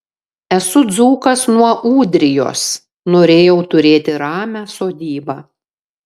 esu dzūkas nuo ūdrijos norėjau turėti ramią sodybą